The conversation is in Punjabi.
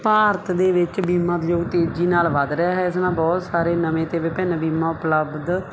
ਭਾਰਤ ਦੇ ਵਿੱਚ ਬੀਮਾ ਉਦਯੋਗ ਤੇਜ਼ੀ ਨਾਲ ਵੱਧ ਰਿਹਾ ਹੈ ਇਸ ਨਾਲ ਬਹੁਤ ਸਾਰੇ ਨਵੇਂ ਅਤੇ ਵਿਭਿੰਨ ਬੀਮਾ ਉਪਲਬਧ